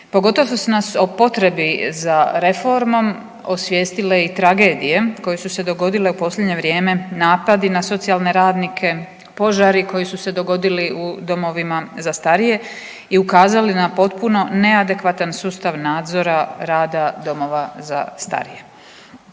Pogotovo što su nas o potrebi za reformom osvijestile i tragedije koje su se dogodile u posljednje vrijeme, napadi na socijalne radnike, požari koji su se dogodili u domovima za starije i ukazali na potpuno neadekvatan sustav nadzora rada domova za starije.